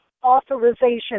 authorization